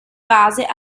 base